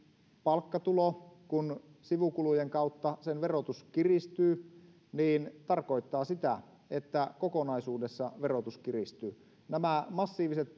palkkatulo kun sivukulujen kautta sen verotus kiristyy tarkoittaa sitä että kokonaisuudessa verotus kiristyy nämä massiiviset